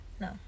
No